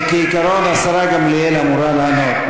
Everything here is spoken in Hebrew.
שכעיקרון השרה גמליאל אמורה לענות.